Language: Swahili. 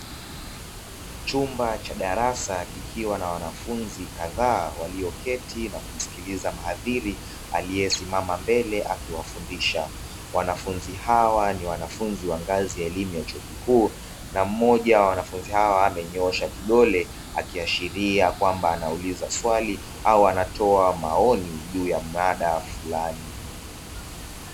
Chumba cha darasa kikiwa na wanafunzi kadhaa walioketi na kumsikiliza mhadhili, aliyesimama mbele akiwafundisha. Wanafunzi hawa ni wanafunzi wa ngazi ya elimu ya chuo kikuu, na mmoja wa wanafunzi hawa amenyoosha kidole akiashiria kwamba anauliza swali au anatoa maoni juu ya mada fulani.